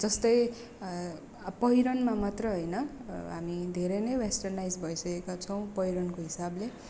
जस्तै पहिरनमा मात्र होइन हामी धेरै नै वेस्टनाइज भइसकेका छौँ पहिरनको हिसाबले